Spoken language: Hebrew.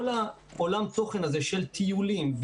כל עולם התוכן הזה של טיולים,